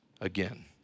again